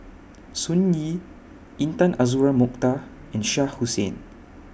Sun Yee Intan Azura Mokhtar and Shah Hussain